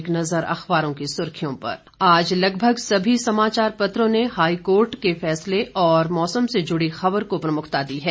एक नज़र अखबारों की सुर्खियों पर आज लगभग सभी समाचार पत्रों ने हाईकोर्ट के फैसले और मौसम से जुड़ी खबर को प्रमुखता दी है